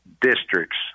districts